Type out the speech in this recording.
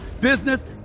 business